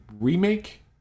remake